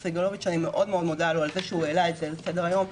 סגלוביץ ואני מאוד מודה לו על כך שהוא העלה את זה לסדר היום,